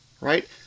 Right